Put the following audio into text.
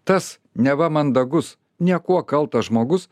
tas neva mandagus niekuo kaltas žmogus